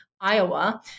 Iowa